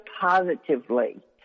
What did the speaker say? positively